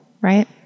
right